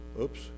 oops